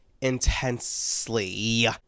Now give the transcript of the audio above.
intensely